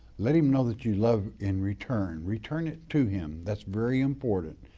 let him know that you love in return. return it to him, that's very important.